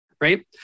right